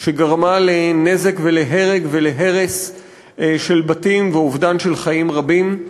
שגרמה לנזק ולהרג ולהרס של בתים ולאובדן של חיים רבים.